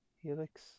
Helix